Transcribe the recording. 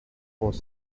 was